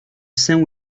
saint